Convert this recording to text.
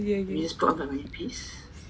okay okay